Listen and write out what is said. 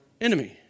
enemy